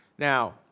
Now